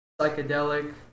psychedelic